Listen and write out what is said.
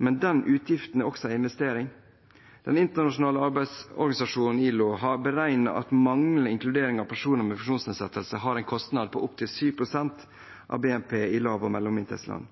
Men denne utgiften er også en investering. Den internasjonale arbeidsorganisasjonen, ILO, har beregnet at manglende inkludering av personer med funksjonsnedsettelser har en kostnad på opptil 7 pst. av BNP i lav- og